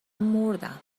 مردم